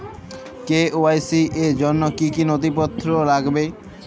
KYC র জন্য কি কি নথিপত্র লাগবে?